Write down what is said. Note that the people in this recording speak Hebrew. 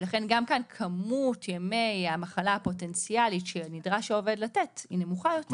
לכן גם כמות ימי המחלה הפוטנציאליים שנדרש העובד לתת נמוכה יותר.